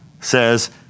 says